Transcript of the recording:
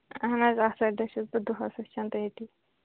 اَہَن حظ آتھوارِ دۅہ چھَس بہٕ دۅہَس وُچھان تٔتۍ